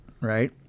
right